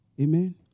Amen